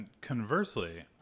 conversely